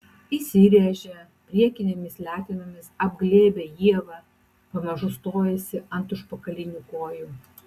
įsiręžia priekinėmis letenomis apglėbia ievą pamažu stojasi ant užpakalinių kojų